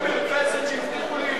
רוצה את המרפסת שהבטיחו לי.